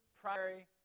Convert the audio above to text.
primary